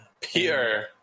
pure